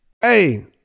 Hey